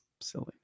silly